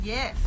Yes